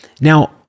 Now